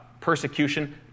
persecution